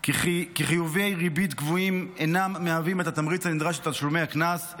כי חיובי ריבית גבוהים אינם מהווים את התמריץ הנדרש לתשלומי הקנס,